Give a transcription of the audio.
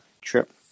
trip